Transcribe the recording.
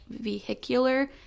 vehicular